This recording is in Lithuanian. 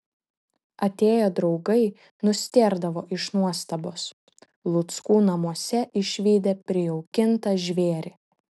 atėję draugai nustėrdavo iš nuostabos luckų namuose išvydę prijaukintą žvėrį